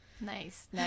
Nice